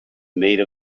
made